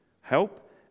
help